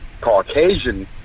Caucasian